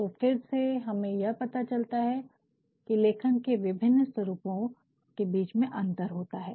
तो फिर से हमें यह पता चलता है कि लेखन के विभिन्न स्वरूपों के बीच में अंतर होता है